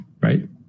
Right